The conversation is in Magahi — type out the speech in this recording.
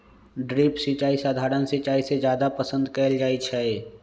ड्रिप सिंचाई सधारण सिंचाई से जादे पसंद कएल जाई छई